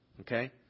Okay